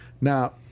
Now